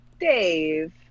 Dave